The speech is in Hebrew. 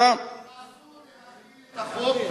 אסור להחיל את החוק בשטחים כבושים.